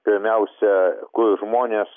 pirmiausia žmonės